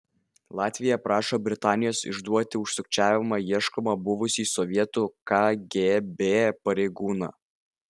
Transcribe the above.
latvija prašo britanijos išduoti už sukčiavimą ieškomą buvusį sovietų kgb pareigūną